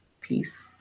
peace